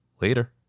Later